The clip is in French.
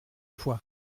fois